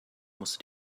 musste